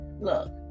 Look